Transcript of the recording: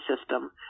system